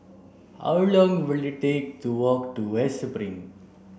how long will it take to walk to West Spring